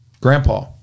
Grandpa